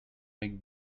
make